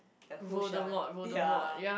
the Usher ya